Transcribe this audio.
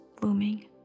blooming